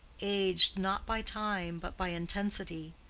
aged not by time but by intensity,